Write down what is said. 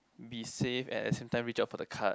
be safe and at the same time reach out for the card